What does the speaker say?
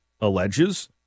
alleges